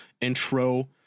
intro